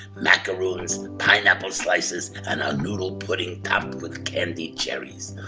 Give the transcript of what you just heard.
macaroons, pineapple slices, and our noodle pudding topped with candy cherries.